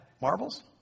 Marbles